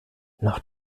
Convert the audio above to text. noch